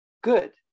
good